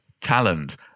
Talent